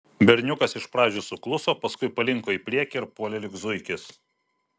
berniukas iš pradžių sukluso paskui palinko į priekį ir puolė lyg zuikis